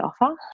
offer